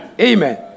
Amen